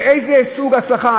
באיזה סוג הצלחה?